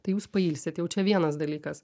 tai jūs pailsit jau čia vienas dalykas